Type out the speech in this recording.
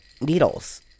needles